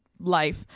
life